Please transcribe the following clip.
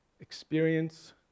experience